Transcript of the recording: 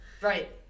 Right